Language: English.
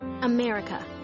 America